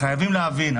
חייבים להבין,